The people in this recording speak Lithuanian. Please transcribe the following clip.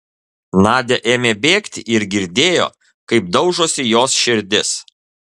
nadia ėmė bėgti ir girdėjo kaip daužosi jos širdis